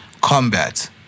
combat